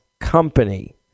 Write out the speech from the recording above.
company